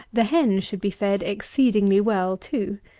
the hen should be fed exceedingly well, too,